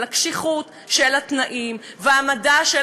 אבל הקשיחות של התנאים וההעמדה של